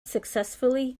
successfully